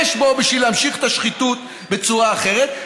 בו בשביל להמשיך את השחיתות בצורה אחרת.